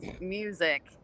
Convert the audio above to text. music